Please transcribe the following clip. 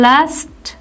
Last